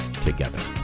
together